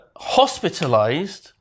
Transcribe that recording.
hospitalised